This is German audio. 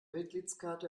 mitgliedskarte